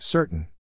Certain